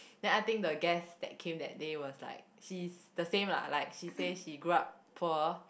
then I think the guest that came that day was like she's the same lah like she say she grew up poor